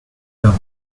down